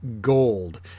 gold